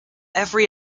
every